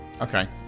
Okay